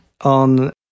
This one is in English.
on